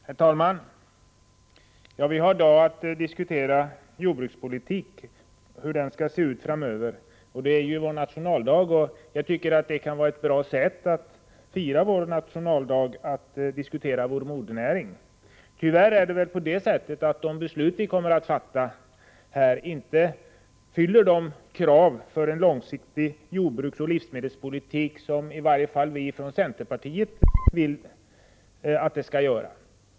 Herr talman! Vi har i dag att diskutera hur jordbrukspolitiken skall se ut framöver. Det är Sveriges nationaldag, och jag tycker att det kan vara ett bra sätt att fira nationaldagen på att diskutera vår modernäring. Tyvärr är det väl så att de beslut vi kommer att fatta inte svarar mot de krav på en långsiktig jordbruksoch livsmedelspolitik som i varje fall centerpartiet vill ställa.